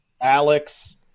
Alex